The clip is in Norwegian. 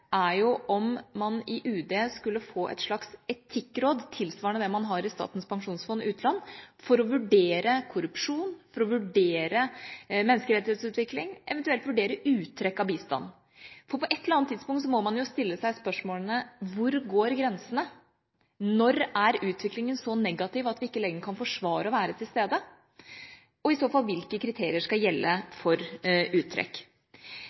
er om man i UD skulle få et slags etikkråd – tilsvarende det man har i Statens pensjonsfond utland – for å vurdere korrupsjon, for å vurdere menneskerettighetsutvikling og eventuelt vurdere uttrekk av bistand. For på et eller annet tidspunkt må man jo stille seg spørsmålene: Hvor går grensene? Når er utviklingen så negativ at vi ikke lenger kan forsvare å være til stede? Og i så fall hvilke kriterier skal gjelde